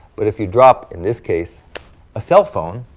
but if you drop in this case ah cell phone,